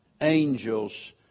angels